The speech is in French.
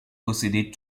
possédaient